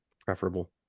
preferable